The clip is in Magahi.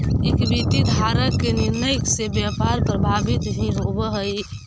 इक्विटी धारक के निर्णय से व्यापार प्रभावित भी होवऽ हइ